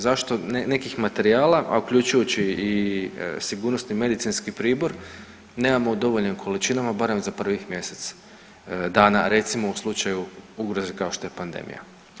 Zašto nekih materijala, a uključujući i sigurnost i medicinski pribor nemamo u dovoljnim količinama barem za prvih mjesec dana, recimo u slučaju ugroze kao što je pandemija.